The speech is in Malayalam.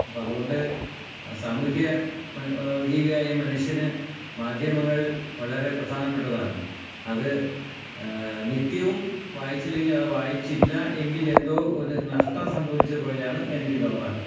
അപ്പോൾ അതുകൊണ്ട് സാമൂഹിക ജീവിയായ ഈ മനുഷ്യന് മാധ്യമങ്ങള് വളരെ പ്രധാനപ്പെട്ടതാണ് അത് നിത്യവും വായിച്ചില്ലെങ്കിൽ അത് വായിച്ചില്ല എങ്കില് എന്തോ ഒരു നഷ്ടം സംഭവിച്ചത് പോലെയാണ് എനിക്ക് തോന്നാറുള്ളത്